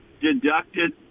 deducted